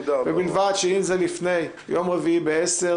ובלבד שאם זה לפני יום רביעי ב-10:00,